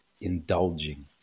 indulging